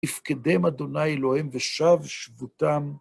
יפקדם אדוני אלוהיהם ושב שבותם.